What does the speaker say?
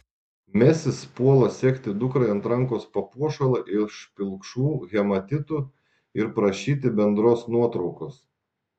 mesis puola segti dukrai ant rankos papuošalą iš pilkšvų hematitų ir prašyti bendros nuotraukos